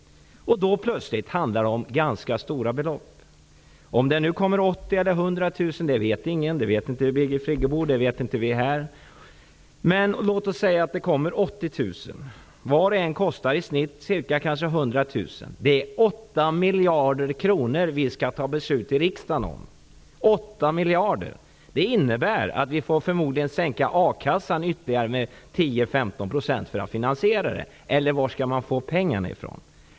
Då handlar det plötsligt om ganska stora belopp. Om det kommer 80 000 eller 100 000 människor vet inte Birgit Friggebo, och det vet inte vi här. Det vet ingen. Men låt oss säga att 80 000 människor kommer hit. Var och en kostar i genomsnitt ca 100 000 kr. Det blir 8 miljarder kronor som vi skall fatta beslut om här i riksdagen. Det innebär att vi förmodligen får sänka a-kasseersättningen med ytterligare 10--15 % för att kunna finansiera detta -- eller varifrån skall man annars få pengarna?